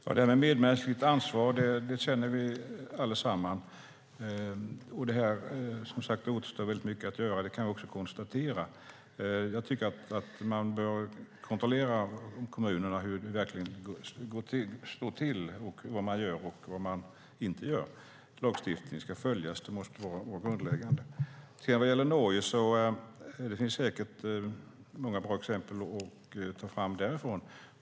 Fru talman! Vi känner alla ett medmänskligt ansvar. Jag kan också konstatera att det återstår mycket att göra. Man bör kontrollera hur det verkligen står till i kommunerna och vad de gör och inte gör. Lagstiftningen ska följas. Det måste vara det grundläggande. Det finns säkert många bra exempel från Norge.